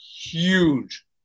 huge